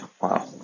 Wow